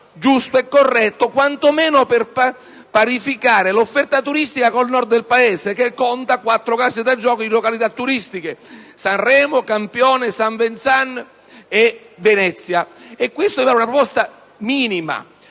giusto e corretto, quanto meno per parificare l'offerta turistica con il Nord del Paese, che conta quattro case da gioco in località turistiche: Sanremo, Campione d'Italia, Saint Vincent e Venezia. Questa è una proposta minima,